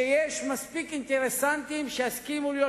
שיש מספיק אינטרסנטים שיסכימו להיות